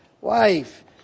wife